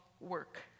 work